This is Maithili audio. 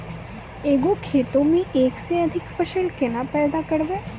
एक गो खेतो मे एक से अधिक फसल केना पैदा करबै?